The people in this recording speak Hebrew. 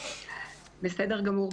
בסדר גמור.